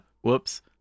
whoops